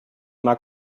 mag